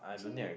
actually